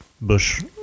Bush